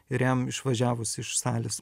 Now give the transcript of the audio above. ir jam išvažiavus iš salės